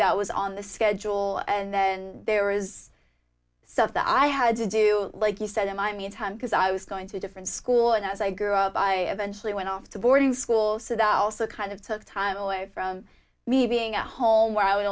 that was on the schedule and then there is so if that i had to do like you said i mean time because i was going to a different school and as i grew up i benchley went off to boarding school so that owsa kind of took time away from me being at home where i would